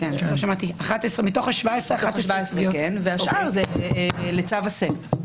ייצוגית, והשאר זה לצו עשה.